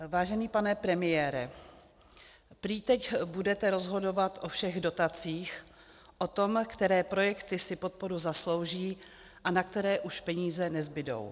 Vážený pane premiére, prý teď budete rozhodovat o všech dotacích, o tom, které projekty si podporu zaslouží a na které už peníze nezbudou.